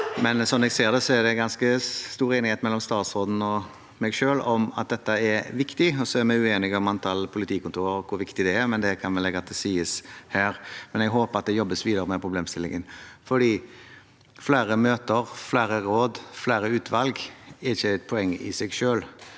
Slik jeg ser det, er det ganske stor enighet mellom statsråden og meg om at dette er viktig. Så er vi uenige om antall politikontorer og hvor viktig det er, men det kan vi legge til side her. Jeg håper at det jobbes videre med problemstillingen, fordi flere møter, flere råd og flere utvalg er ikke et poeng i seg selv.